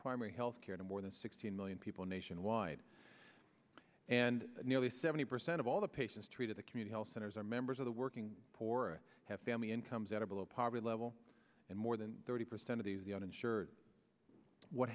primary health care to more than sixteen million people nationwide and nearly seventy percent of all the patients treated the community all centers are members of the working poor have family incomes at or below poverty level and more than thirty percent of the uninsured what